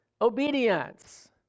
obedience